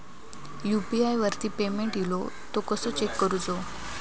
UPI वरती payment इलो तो कसो चेक करुचो?